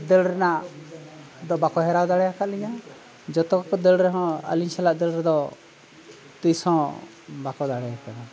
ᱫᱟᱹᱲ ᱨᱮᱱᱟᱜ ᱫᱚ ᱵᱟᱠᱚ ᱦᱤᱨᱟᱹᱣ ᱫᱟᱲᱮ ᱟᱠᱟᱫ ᱞᱤᱧᱟᱹ ᱡᱚᱛᱚᱜᱮᱠᱚ ᱫᱟᱹᱲ ᱨᱮᱦᱚᱸ ᱟᱹᱞᱤᱧ ᱥᱟᱞᱟᱜ ᱫᱟᱹᱲ ᱨᱮᱫᱚ ᱛᱤᱥᱦᱚᱸ ᱵᱟᱠᱚ ᱫᱟᱲᱮ ᱟᱠᱟᱫᱟ